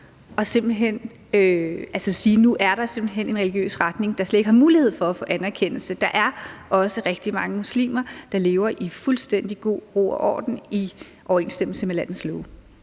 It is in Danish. generelt at sige, at nu er der simpelt hen en religiøs retning, der slet ikke har mulighed for at få anerkendelse. Der er også rigtig mange muslimer, der lever i fuldstændig god ro og orden i overensstemmelse med landets love.